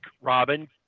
robin